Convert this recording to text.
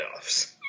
playoffs